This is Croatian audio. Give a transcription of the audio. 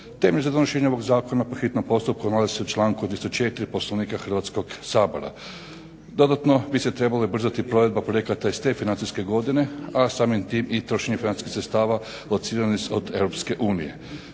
Temelj za donošenje ovog zakona po hitnom postupku nalazi se u članku 204. Poslovnika Hrvatskog sabora. Dodatno bi trebala ubrzati provedba projekata iz te financijske godine, a samim tim i trošenje financijskih sredstava lociranih od